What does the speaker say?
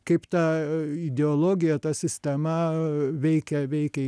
kaip ta ideologija ta sistema veikia veikia